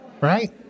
right